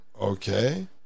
okay